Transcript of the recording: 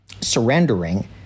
surrendering